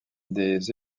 des